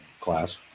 class